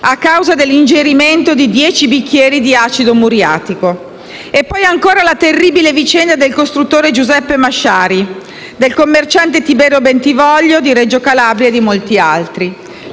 a causa dell'ingerimento di dieci bicchieri di acido muriatico. E poi ancora la terribile vicenda del costruttore Giuseppe Masciari, del commerciante Tiberio Bentivoglio di Reggio Calabria e di molti altri.